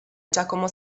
giacomo